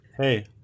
Hey